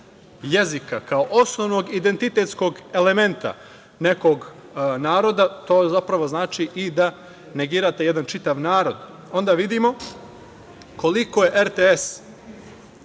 jezika kao osnovnog identitetskog elementa nekog naroda, to zapravo znači i da negirate jedan čitav narod. Onda vidimo koliko je RTS